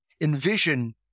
envision